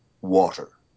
water